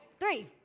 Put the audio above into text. Three